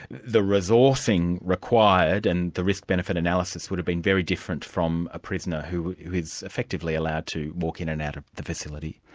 the the resourcing required and the risk benefit analysis would have been very different from a prisoner who who is effectively allowed to walk in and out of the facility.